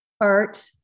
art